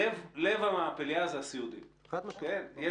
זה אפילו פחות.